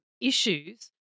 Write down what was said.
issues